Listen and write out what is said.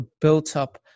built-up